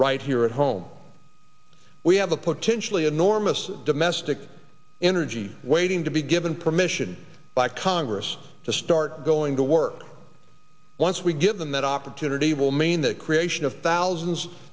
right here at home we have a potentially enormous domestic energy waiting to be given permission by congress to start going to work once we give them that opportunity will mean the creation of thousands